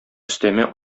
өстәмә